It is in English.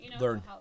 learn